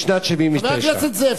בשנת 1979. חבר הכנסת זאב,